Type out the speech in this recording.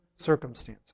circumstances